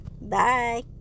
Bye